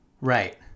right